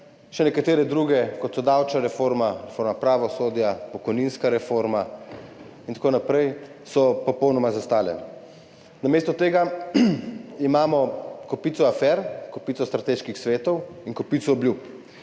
še nekatere druge, kot so davčna reforma, reforma pravosodja, pokojninska reforma in tako naprej –, so popolnoma zastale. Namesto tega imamo kopico afer, kopico strateških svetov in kopico obljub.